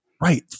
Right